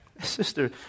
Sister